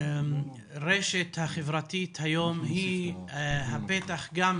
שהרשת החברתית היום היא הפתח גם